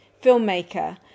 filmmaker